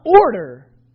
order